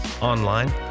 online